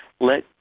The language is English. Let